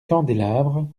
candélabres